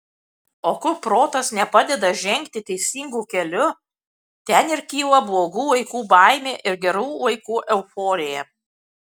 o kur protas nepadeda žengti teisingu keliu ten ir kyla blogų laikų baimė ir gerų laikų euforija